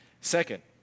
Second